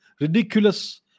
ridiculous